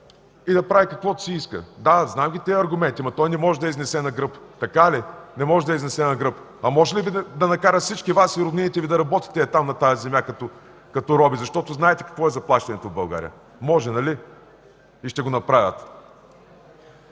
и да прави каквото си иска. Да, знам ги тези аргументи – „Ама той не може да я изнесе на гръб”. Така ли? Не може да я изнесе на гръб, а може ли да накара всички Вас и роднините Ви да работите на тази земя като роби? Знаете какво е заплащането в България! Може, нали? И ще го направи.